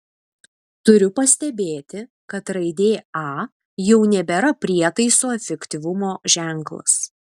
turiu pastebėti kad raidė a jau nebėra prietaiso efektyvumo ženklas